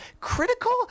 Critical